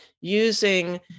using